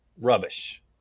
rubbish